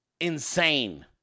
insane